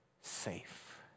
safe